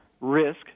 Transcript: risk